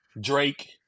Drake